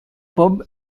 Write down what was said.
pub